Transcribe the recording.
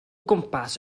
gwmpas